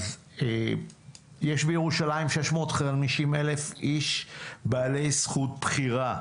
יש בירושלים 650,000 איש בעלי זכות בחירה,